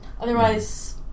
Otherwise